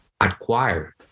acquired